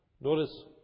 notice